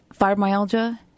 fibromyalgia